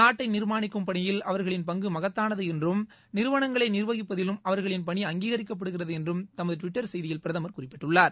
நாட்டை நிர்மாணிக்கும் பணியில் அவர்களின் பங்கு மகத்தானது என்றும் நிறுவனங்களை நிர்வகிப்பதிலும் அவர்களின் பணி அங்கீகரிக்கப்படுகிறது என்றும் தமது டுவிட்டர் செய்தியில் பிரதமர் குறிப்பிட்டுள்ளார்